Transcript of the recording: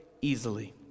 easily